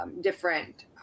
different